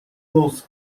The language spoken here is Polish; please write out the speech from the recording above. mózg